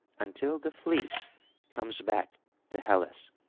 until the fleece comes back to hellas.